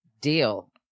deal